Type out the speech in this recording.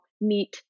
meet